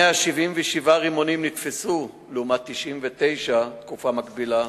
177 רימונים נתפסו, לעומת 99 בתקופה המקבילה